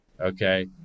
okay